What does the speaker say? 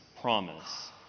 promise